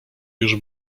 już